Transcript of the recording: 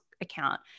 account